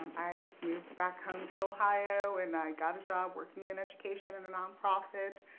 i just moved back home to ohio, and i got a job working in education in a nonprofit,